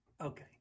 Okay